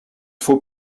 faut